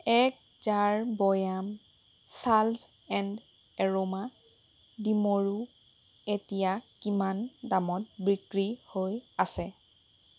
এক জাৰ বয়াম চাল্জ এণ্ড এৰোমা ডিমৰু এতিয়া কিমান দামত বিক্ৰী হৈ আছে